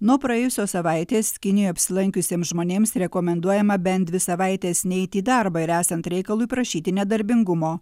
nuo praėjusios savaitės kinijoj apsilankiusiems žmonėms rekomenduojama bent dvi savaites neiti į darbą ir esant reikalui prašyti nedarbingumo